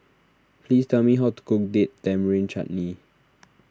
please tell me how to cook Date Tamarind Chutney